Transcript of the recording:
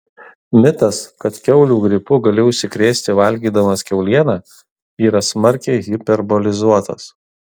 mitas kad kiaulių gripu gali užsikrėsti valgydamas kiaulieną yra smarkiai hiperbolizuotas